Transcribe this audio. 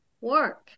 work